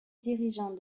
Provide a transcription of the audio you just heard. dirigeants